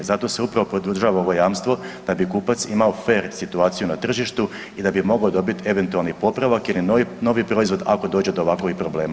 Zato se uprava produžava ovo jamstvo da bi kupac imao fer situaciju na tržištu i da bi mogao dobiti eventualni popravak ili novi proizvod, ako dođe do ovakovih problema.